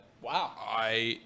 Wow